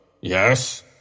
yes